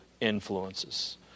influences